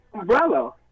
umbrella